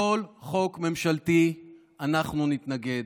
לכל חוק ממשלתי אנחנו נתנגד.